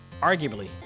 arguably